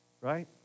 Right